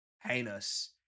heinous